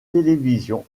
télévision